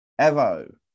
Evo